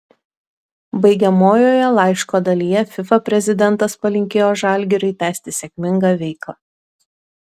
baigiamojoje laiško dalyje fifa prezidentas palinkėjo žalgiriui tęsti sėkmingą veiklą